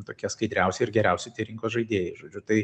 tokie skaidriausi ir geriausi tie rinkos žaidėjai žodžiu tai